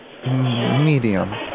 medium